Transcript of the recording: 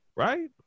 right